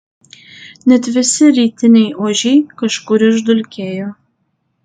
net visi rytiniai ožiai kažkur išdulkėjo